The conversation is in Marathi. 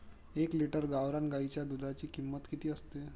एक लिटर गावरान गाईच्या दुधाची किंमत किती असते?